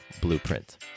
Blueprint